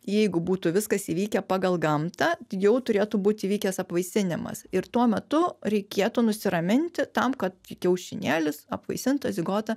jeigu būtų viskas įvykę pagal gamtą jau turėtų būti įvykęs apvaisinimas ir tuo metu reikėtų nusiraminti tam kad kiaušinėlis apvaisintas zigota